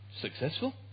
successful